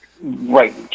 Right